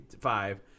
five